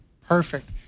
perfect